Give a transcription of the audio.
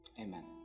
amen